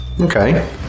Okay